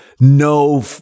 no